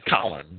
Colin